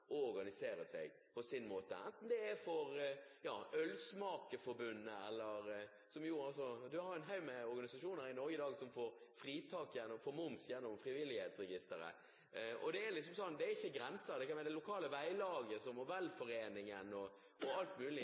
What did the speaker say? organisere seg på sin måte. Vi har en haug med organisasjoner i Norge i dag som får fritak for moms gjennom Frivillighetsregisteret. Det er ikke grenser, det kan være ølsmakerforbundet, det lokale veilaget, velforeningen – alt mulig. Alt dette handler om at vi aksepterer og